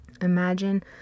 Imagine